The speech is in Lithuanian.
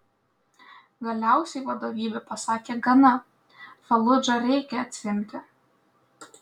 galiausiai vadovybė pasakė gana faludžą reikia atsiimti